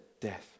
death